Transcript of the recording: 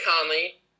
Conley